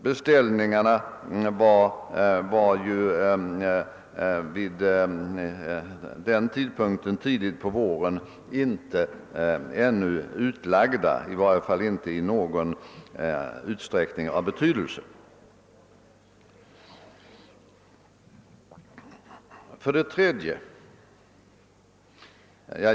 Beställningarna var ju vid denna tidpunkt — tidigt på våren — i varje fall inte i någon utsträckning av betydelse utlagda.